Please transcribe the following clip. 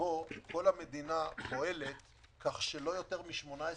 שבו כל המדינה פועלת כך שלא יותר מ-18